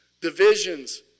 divisions